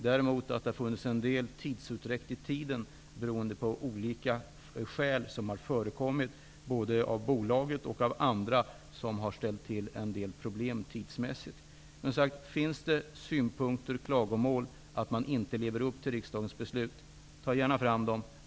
Däremot har det av olika skäl förekommit viss tidsutdräkt, både från bolagets sida och från andra, vilket ställt till en del problem. Men om det finns synpunkter eller klagomål innebärande att man inte lever upp till riksdagens beslut, ta gärna fram dem!